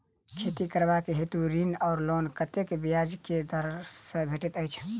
खेती करबाक हेतु ऋण वा लोन कतेक ब्याज केँ दर सँ भेटैत अछि?